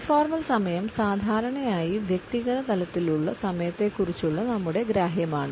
informal സമയം സാധാരണയായി വ്യക്തിഗത തലത്തിലുള്ള സമയത്തെക്കുറിച്ചുള്ള നമ്മുടെ ഗ്രാഹ്യമാണ്